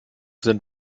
sind